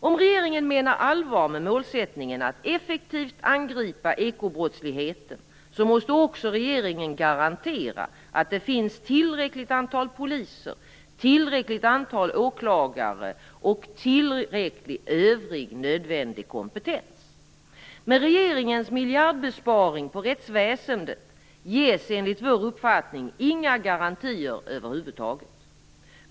Om regeringen menar allvar med målsättningen att effektivt angripa ekobrottsligheten måste regeringen också garantera att det finns ett tillräckligt antal poliser, ett tillräckligt antal åklagare och tillräcklig övrig nödvändig kompetens. Med regeringens miljardbesparing på rättsväsendet ges, enligt vår uppfattning, inga garantier över huvud taget.